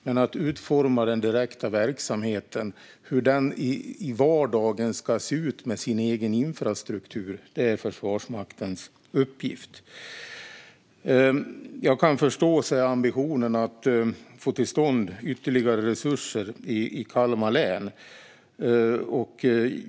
Men att utforma den direkta verksamheten och bestämma hur den i vardagen ska se ut med sin egen infrastruktur är Försvarsmaktens uppgift. Jag kan förstå ambitionen att få till stånd ytterligare resurser i Kalmar län.